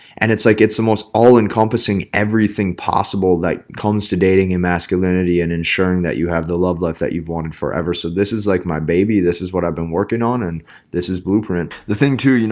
and it's like it's the most all encompassing everything possible that comes to dating and masculinity and ensuring that you have the love life that you've wanted forever. so this is like my baby. this is what i've been working on. and this is blueprint. the thing to you know,